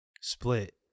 split